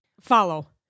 follow